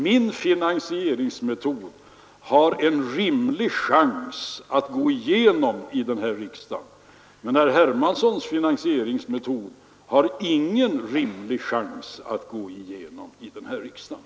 Min finansieringsmetod har en rimlig chans att gå igenom i riksdagen, men herr Hermanssons finansieringsmetod har ingen rimlig chans att gå igenom i den här riksdagen.